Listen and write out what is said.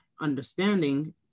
understanding